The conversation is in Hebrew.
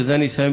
ובזה אני אסיים,